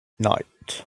night